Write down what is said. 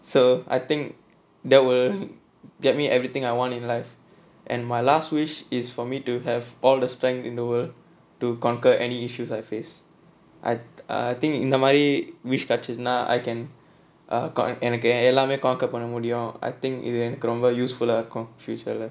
so I think that will get me everything I want in life and my last wish is for me to have all the strength in the world to conquer any issues I face I think இந்தமாரி:inthamaari wish கிடைச்சுச்சுனா:kidaichuchunaa I can எனக்கு எல்லாமே:enakku ellaamae conquer பண்ண முடியும்:panna mudiyum I think இது எனக்கு ரொம்ப:ithu enakku romba useful ah இருக்கும்:irukkum future lah